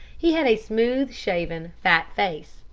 he had a smooth-shaven, fat face,